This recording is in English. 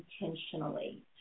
intentionally